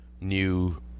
new